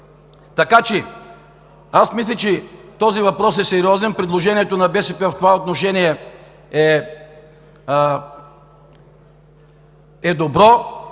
млн. лв. Аз мисля, че този въпрос е сериозен. Предложението на БСП в това отношение е добро.